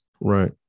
Right